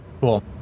Cool